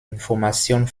information